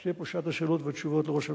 כשתהיה פה שעת השאלות והתשובות לראש הממשלה,